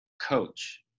coach